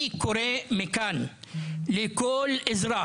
אני קורא מכאן לכל אזרח,